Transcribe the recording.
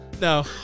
no